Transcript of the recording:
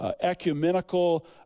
ecumenical